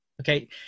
Okay